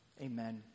Amen